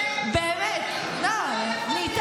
באמת, לא יכול להיות שאנחנו נדבר ככה אחד לשני.